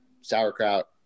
sauerkraut